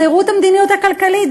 תראו את המדיניות הכלכלית.